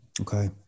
Okay